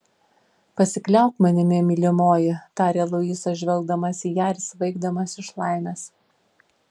pasikliauk manimi mylimoji tarė luisas žvelgdamas į ją ir svaigdamas iš laimės